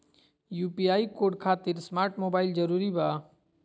UPI code खातिर smart mobile जरूरी बा?